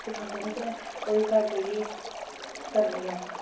सिखांदे न ते में ओह् ही घर जाइयै करनी आं